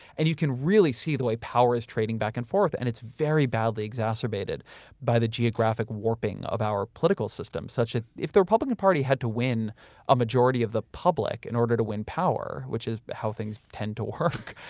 and you can really see the way power is trading back and forth, and it's very badly exacerbated by the geographic warping of our political system, such as if the republican party had to win a majority of the public in order to win power, which is how things tend to work.